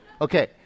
Okay